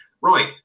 right